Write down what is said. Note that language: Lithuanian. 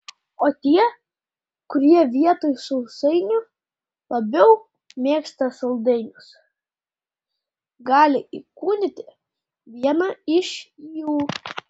o tie kurie vietoj sausainių labiau mėgsta saldainius gali įkūnyti vieną iš jų